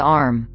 arm